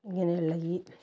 ഇങ്ങനെയുള്ള ഈ